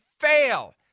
fail